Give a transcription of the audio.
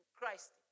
Christ